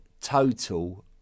total